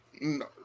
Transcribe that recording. No